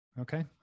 Okay